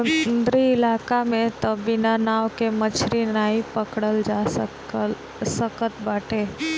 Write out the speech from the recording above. समुंदरी इलाका में तअ बिना नाव के मछरी नाइ पकड़ल जा सकत बाटे